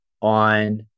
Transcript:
on